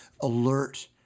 alert